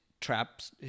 traps